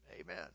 Amen